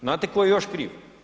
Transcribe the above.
Znate tko je još kriv?